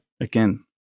again